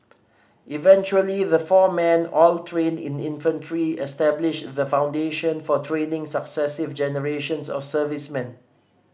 eventually the four men all trained in infantry established the foundation for training successive generations of servicemen